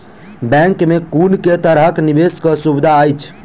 Bank मे कुन केँ तरहक निवेश कऽ सुविधा अछि?